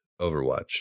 Overwatch